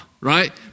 right